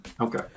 okay